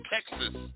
Texas